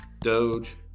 Doge